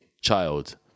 child